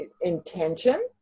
Intention